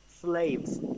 Slaves